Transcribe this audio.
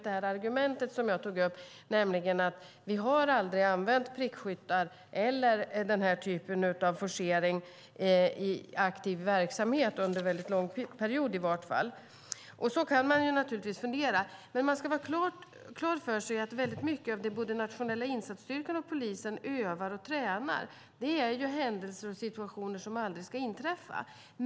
Det argument som jag tog upp var att vi aldrig har använt prickskyttar eller den här typen av forcering i aktiv verksamhet, i varje fall under en väldigt lång period. Så kan man naturligtvis fundera. Man ska ha klart för sig att väldigt mycket av vad både nationella insatsstyrkan och polisen övar och tränar är händelser och situationer som aldrig ska inträffa.